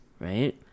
right